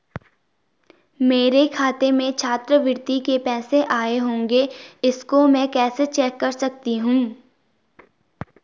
मेरे खाते में छात्रवृत्ति के पैसे आए होंगे इसको मैं कैसे चेक कर सकती हूँ?